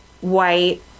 white